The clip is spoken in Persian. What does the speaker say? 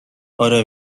آره